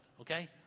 Okay